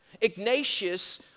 Ignatius